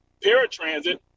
paratransit